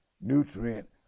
nutrient